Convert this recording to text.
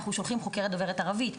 אנחנו שולחים חוקרת דוברת ערבית.